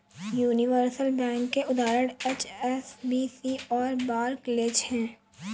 universal bank के उदाहरण HSBC और बार्कलेज हैं